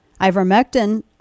Ivermectin